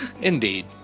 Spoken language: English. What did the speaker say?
indeed